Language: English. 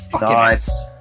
nice